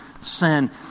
sin